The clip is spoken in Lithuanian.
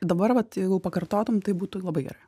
dabar vat jeigu pakartotum tai būtų labai gerai